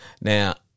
Now